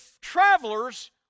travelers